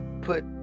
put